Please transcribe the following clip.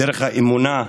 בדרך האמונה,